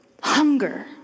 Hunger